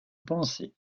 pensée